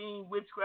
witchcraft